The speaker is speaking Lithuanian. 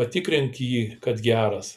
patikrink jį kad geras